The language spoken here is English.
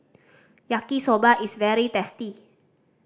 Yaki Soba is very tasty